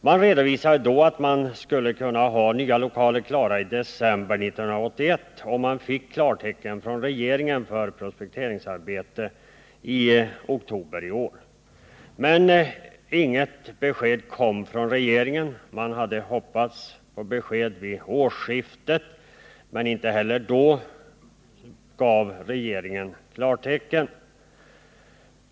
Man redovisade då att man skulle kunna ha nya lokaler färdiga i december 1981, om man fick klartecken från regeringen för projekteringsarbete i oktober. Men inget besked kom från regeringen. Man hade hoppats på besked vid årsskiftet, men inte helier då gav regeringen klartecken.